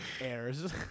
airs